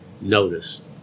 noticed